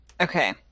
Okay